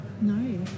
no